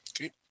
Okay